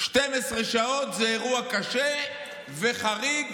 12 שעות זה אירוע קשה וחריג,